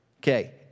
Okay